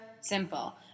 simple